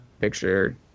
picture